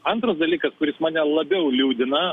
antras dalykas kuris mane labiau liūdina